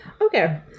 okay